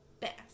best